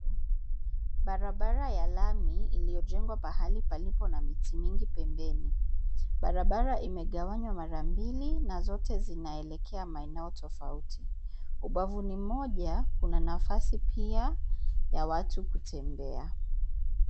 Barabara ya lami, iliyojengwa pahali palipo na miti mingi pembeni. Barabara imegawanywa mara mbili na zote zinaelekea maeneo tofauti. Ubavuni mmoja kuna nafasi pia ya watu kutembea.